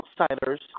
outsiders